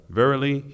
verily